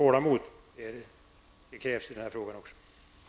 Tålamod krävs i den här frågan också!